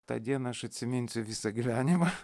tą dieną aš atsiminsiu visą gyvenimą